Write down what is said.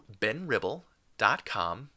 benribble.com